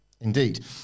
indeed